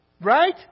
right